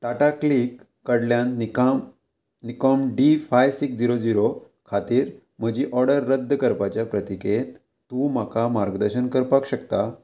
Tata click कडल्यान निकाम निकॉम D five six zero zero खातीर म्हजी ऑर्डर रद्द करपाच्या प्रतिकेंत तूं म्हाका मार्गदर्शन करपाक शकता